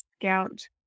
scout